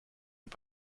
und